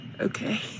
Okay